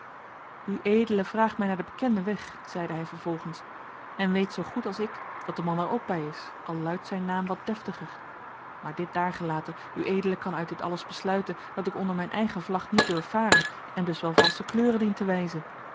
ued vraagt mij naar den bekenden weg zeide hij vervolgens en weet zoogoed als ik dat de man er ook bij is al luidt zijn naam wat deftiger maar dit daargelaten ued kan uit dit alles besluiten dat ik onder mijn eigen vlag niet durf varen en dus wel valsche kleuren dien te wijzen